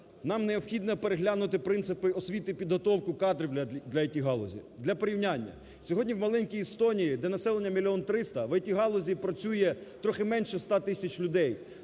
Нам необхідно переглянути принципи освіти, підготовку кадрів для ІТ-галузі. Для порівняння. Сьогодні в маленькій Естонії, де населення 1 мільйон 300, в ІТ-галузі працює трохи менше 100 тисяч людей.